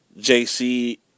JC